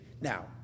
Now